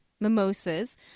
mimosas